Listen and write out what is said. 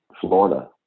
florida